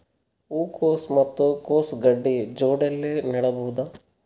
ಹೂ ಕೊಸು ಮತ್ ಕೊಸ ಗಡ್ಡಿ ಜೋಡಿಲ್ಲೆ ನೇಡಬಹ್ದ?